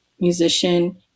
musician